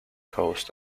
coast